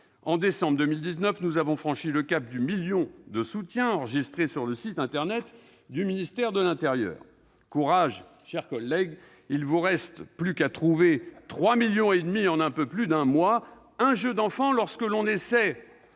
En décembre 2019, nous avons franchi le cap du million de soutiens enregistrés sur le site internet du ministère de l'intérieur. Courage, mes chers collègues, il ne vous reste plus qu'à en trouver 3 millions et demi en un peu plus d'un mois ! Un jeu d'enfant lorsque l'on s'essaie